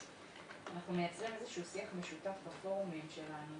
אנחנו מייצרים איזשהו שיח משותף בפורומים שלנו,